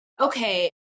okay